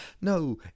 No